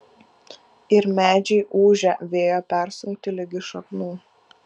ir medžiai ūžią vėjo persunkti ligi šaknų